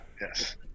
Yes